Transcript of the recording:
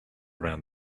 around